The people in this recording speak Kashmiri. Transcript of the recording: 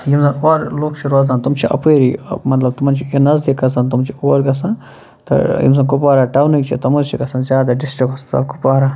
یِم زَن اور لُکھ چھِ روزان تِم چھِ اَپٲری مَطلب تِمن چھُ یُن نَزدیٖک گَژھان تِم چھِ اور گَژھان تہٕ یِم زَن کُپوارہ ٹاونٕکۍ چھِ تِم حظ چھِ گَژھان زیادٕ ڈِسٹِرک ہوسپِٹَل کُپوارہ